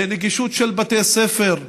נגישות של בתי ספר.